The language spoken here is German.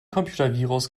computervirus